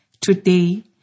Today